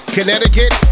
Connecticut